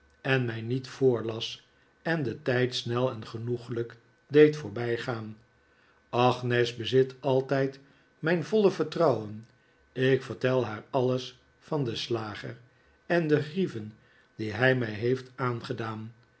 en mij niet voorlas en den tijd snel en genoeglijk deed voorbijgaan agnes bezit altijd mijn voile vertrouwen ik vertel haar alles van den slager en de grieven die hij mij heeft aangedaan